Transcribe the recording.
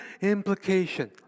implication